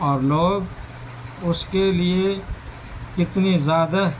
اور لوگ اُس کے لیے کتنی زیادہ